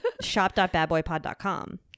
shop.badboypod.com